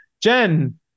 Jen